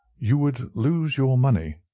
you would lose your money,